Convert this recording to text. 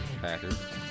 Packers